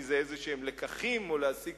מכל דבר כזה צריך להפיק לקחים או להסיק